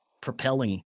propelling